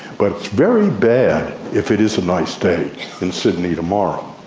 but it's very bad if it is a nice day in sydney tomorrow.